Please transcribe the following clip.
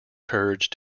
courage